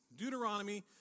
Deuteronomy